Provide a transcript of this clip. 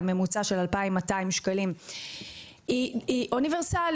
2200 שקלים בממוצע - היא אוניברסלית,